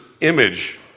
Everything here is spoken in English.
image